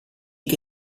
che